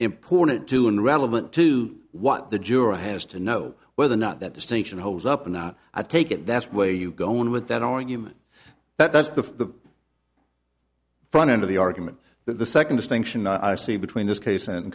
important too and relevant to what the juror has to know whether or not that distinction holds up or not i take it that's where you go on with that argument that's the front end of the argument that the second distinction i see between this case and